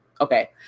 Okay